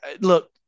look